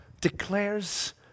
declares